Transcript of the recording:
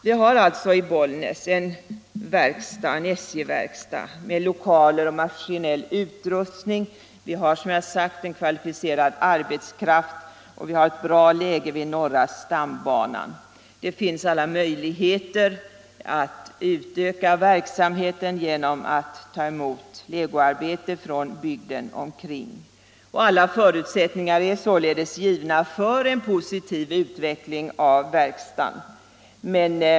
Vi har alltså i Bollnäs en SJ-verkstad med lokaler och maskinell utrustning. Vi har, som jag sagt, en kvalificerad arbetskraft, och vi har ett bra läge vid norra stambanan. Det finns alla möjligheter att utöka verksamheten genom att ta emot legoarbeten från bygden omkring. Alla förutsättningar är således givna för en positiv utveckling av verkstaden.